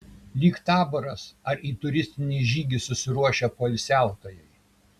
lyg taboras ar į turistinį žygį susiruošę poilsiautojai